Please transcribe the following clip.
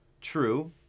True